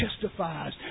testifies